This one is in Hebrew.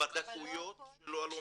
לישראלים